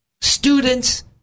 students